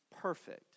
perfect